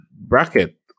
bracket